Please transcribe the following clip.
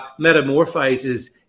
metamorphizes